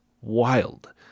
wild